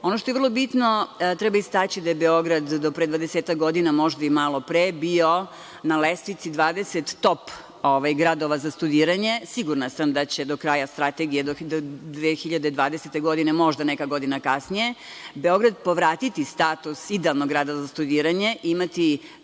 što je vrlo bitno, treba istaći da je Beograd do pre 20-ak godina, možda i malo pre, bio na lestvici 20 top gradova za studiranje. Sigurna sam da će do kraja strategije, do 2020. godine, možda neka godina kasnije, Beograd povratiti status idealnog grada za studiranje, imati